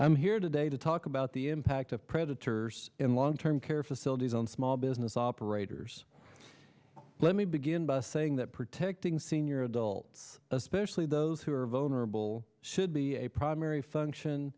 i'm here today to talk about the impact of predators in long term care facilities on small business operators let me begin by saying that protecting senior adults especially those who are vulnerable should be a primary function